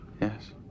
yes